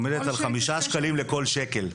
עומדת על חמישה שקלים לכל שקל,